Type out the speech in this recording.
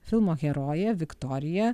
filmo herojė viktorija